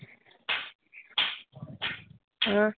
आं